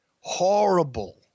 Horrible